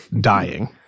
dying